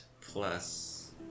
plus